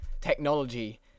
technology